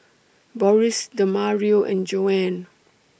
Boris Demario and Joanne